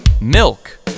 milk